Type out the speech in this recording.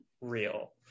real